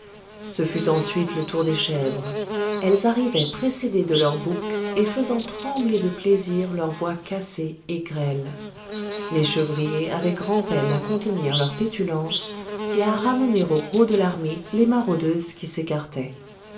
ce fut ensuite le tour des chèvres elles arrivaient précédées de leurs boucs et faisant trembler de plaisir leur voix cassée et grêle les chevriers avaient grand-peine à contenir leur pétulance et à ramener au gros de l'armée les maraudeuses qui s'écartaient